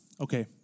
okay